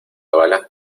bala